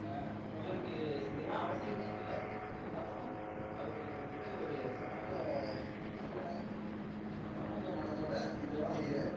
அவருக்கு இதெல்லாம் அவசியமே இல்லை இருந்தாலும் அவரு வந்து ஒரு சமூக நல்ல சமூக நலத்தோடு இதெல்லாம் செய்கிறாரு